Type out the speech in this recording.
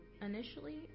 Initially